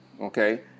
Okay